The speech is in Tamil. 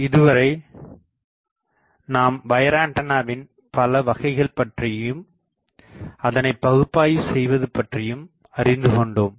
இதுவரை நாம் வயர் ஆண்டனாவின் பல வகைகள் பற்றியும் அதனைப்பகுப்பாய்வு செய்வது பற்றியும் அறிந்துகொண்டோம்